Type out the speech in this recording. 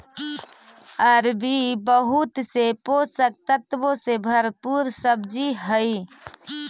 अरबी बहुत से पोषक तत्वों से भरपूर सब्जी हई